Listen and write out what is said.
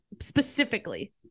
Specifically